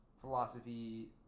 philosophy